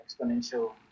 exponential